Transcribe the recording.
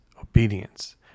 obedience